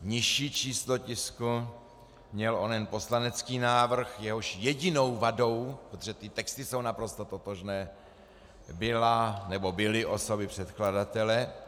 Nižší číslo tisku měl onen poslanecký návrh, jehož jedinou vadou, protože ty texty jsou naprosto totožné, byla nebo byly osoby předkladatele.